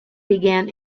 began